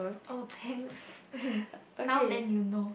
oh thanks now then you know